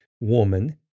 woman